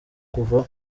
kuva